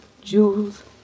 jewels